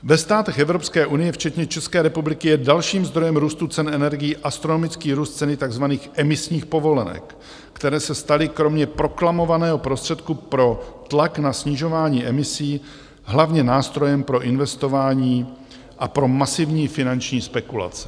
Ve státech Evropské unie včetně České republiky je dalším zdrojem růstu cen energií astronomický růst ceny takzvaných emisních povolenek, které se staly kromě proklamovaného prostředku pro tlak na snižování emisí hlavně nástrojem pro investování a pro masivní finanční spekulace.